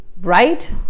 right